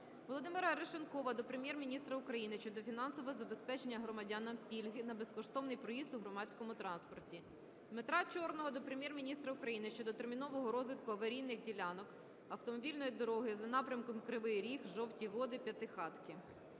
Володимира Арешонкова до Прем'єр-міністра України щодо фінансового забезпечення громадянам пільги на безкоштовний проїзд у громадському транспорті. Дмитра Чорного до Прем'єр-міністра України щодо термінового ремонту аварійних ділянок автомобільної дороги за напрямком Кривий Ріг - Жовті Води - П'ятихатки.